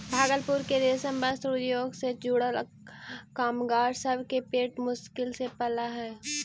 भागलपुर के रेशम वस्त्र उद्योग से जुड़ल कामगार सब के पेट मुश्किल से पलऽ हई